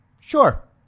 Sure